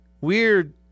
weird